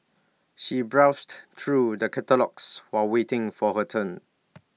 she browsed through the catalogues while waiting for her turn